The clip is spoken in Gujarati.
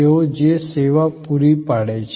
તેઓ જે સેવા પૂરી પાડે છે